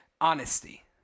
honesty